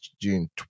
June